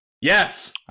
yes